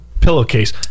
pillowcase